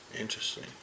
interesting